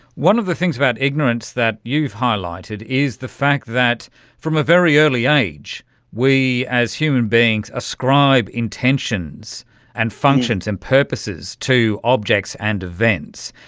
one of the things about ignorance that you've highlighted is the fact that from a very early age we as human beings ascribe intentions and functions and purposes to objects and events,